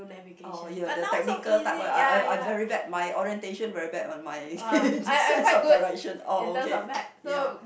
oh you're the technical type one I'm I'm very bad my orientation very bad one my sense of direction oh okay ya